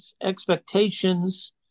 expectations